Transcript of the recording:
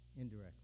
indirectly